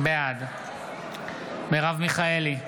בעד מרב מיכאלי,